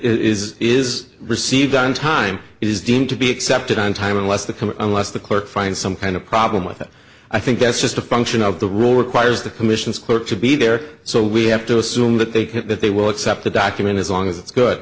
is is received done time is deemed to be accepted on time unless the come unless the clerk find some kind of problem with it i think that's just a function of the rule requires the commission's clerk to be there so we have to assume that they can that they will accept the document as long as it's good